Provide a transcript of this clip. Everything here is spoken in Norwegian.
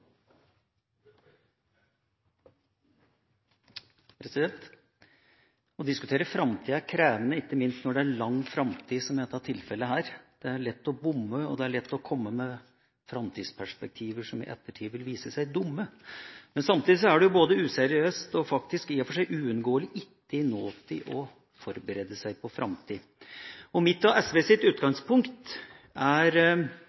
ende. Å diskutere framtid er krevende, ikke minst når det er en lang framtid, som i dette tilfellet. Det er lett å bomme, og det er lett å komme med framtidsperspektiver som i ettertid vil vise seg dumme. Men samtidig er det både useriøst og faktisk i og for seg uunngåelig ikke i nåtid å forberede seg på framtid. Mitt og